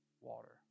water